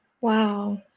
Wow